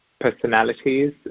personalities